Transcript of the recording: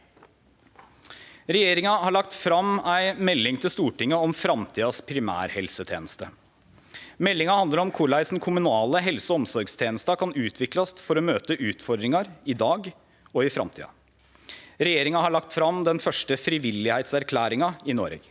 Regjeringa har lagt fram ei melding til Stortinget om framtidas primærhelseteneste. Meldinga handlar om korleis den kommunale helse- og omsorgstenesta kan utviklast for å møte utfordringar i dag og i framtida. Regjeringa har lagt fram den første frivilligheitserklæringa i Noreg.